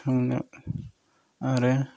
सायनो आरो